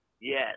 Yes